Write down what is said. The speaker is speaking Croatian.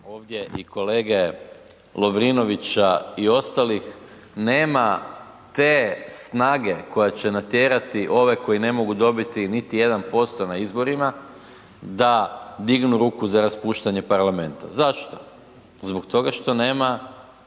ovdje i kolege Lovrinovića i ostalih, nema te snage koja će natjerati ove koji ne mogu dobiti niti 1% na izborima da dignu ruku za raspuštanje parlamenta. Zašto? Zbog toga što nema